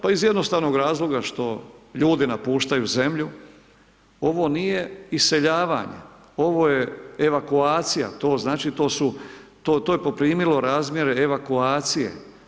Pa iz jednostavnog razloga što ljudi napuštaju zemlju, ovo nije iseljavanje ovo je evakuacija to znači to su to je poprimilo razmjere evakuacije.